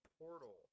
Portal